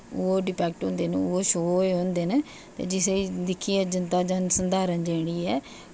ओह् डिटेक्ट होये होंदे न ओह् शो होंदे न ते जिसी दिक्खियै जनता जन सधारण जेह्ड़ी ऐ